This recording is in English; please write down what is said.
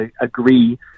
agree